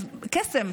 קסם.